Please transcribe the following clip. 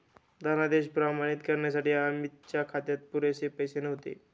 धनादेश प्रमाणित करण्यासाठी अमितच्या खात्यात पुरेसे पैसे नव्हते